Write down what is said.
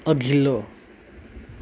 अघिल्लो